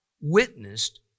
witnessed